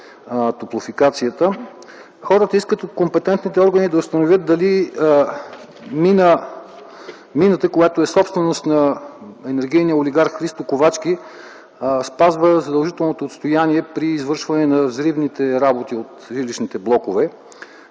топлофикацията. Хората искат от компетентните органи да установят дали мината, която е собственост на енергийния олигарх Христо Ковачки, спазва задължителното отстояние при извършване на взривните работи от жилищните блокове.